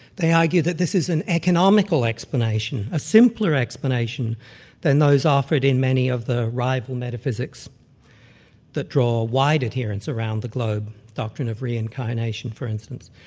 they argue that this is an economical explanation, a simpler explanation than those offered in many of the rival metaphysics that draw wide adherence around the globe, the doctrine of reincarnation, for instance.